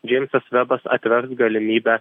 džeimsas vebas atvers galimybę